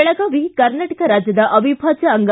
ಬೆಳಗಾವಿ ಕರ್ನಾಟಕ ರಾಜ್ಯದ ಅವಿಭಾಜ್ಯ ಅಂಗ